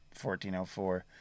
1404